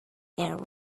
are